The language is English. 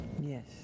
yes